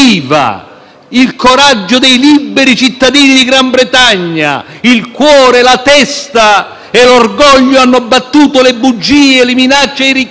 e l'orgoglio hanno battuto le bugie, le minacce e i ricatti. Grazie UK, ora finalmente cambierà l'Europa, ora tocca a noi».